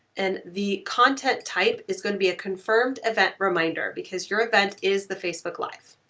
and the content type is gonna be a confirmed event reminder, because your event is the facebook live.